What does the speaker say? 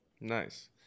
Nice